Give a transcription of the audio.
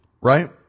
right